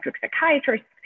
psychiatrists